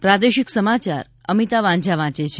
પ્રાદેશિક સમાચાર અમિતા વાંઝા વાંચે છે